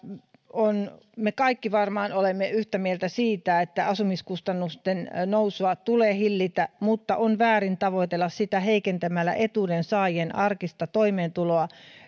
me kaikki varmaan olemme yhtä mieltä siitä että asumiskustannusten nousua tulee hillitä mutta on väärin tavoitella sitä heikentämällä etuudensaajien arkista toimeentuloa